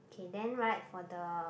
okay then right for the